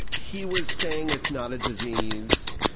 he was saying it's not a disease.